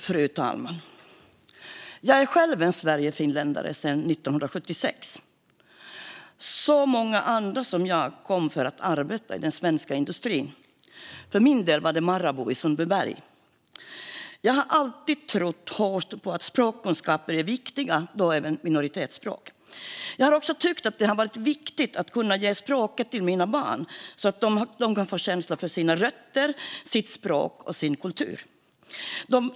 Fru talman! Jag är själv sverigefinländare sedan 1976. Som så många andra kom jag för att arbeta i den svenska industrin, för min del var det Marabou i Sundbyberg. Jag har alltid trott hårt på att språkkunskaper är viktiga, och då även minoritetsspråk. Jag har också tyckt att det har varit viktigt att kunna ge språket till mina barn så att de kan få känsla för sina rötter, sitt språk och sin kultur.